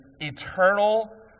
eternal